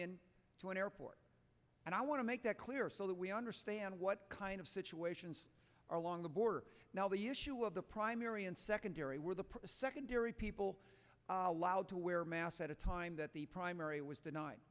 in to an airport and i want to make that clear so that we understand what kind of situations are along the border now the issue of the primary and secondary where the secondary people allowed to wear masks at a time that the primary was the